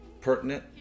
pertinent